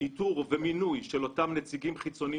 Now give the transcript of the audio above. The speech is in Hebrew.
איתור ומינוי של אותם נציגים חיצוניים